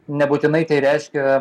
nebūtinai tai reiškia